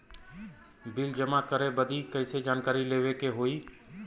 Bill जमा करे बदी कैसे जानकारी लेवे के होई?